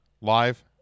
Live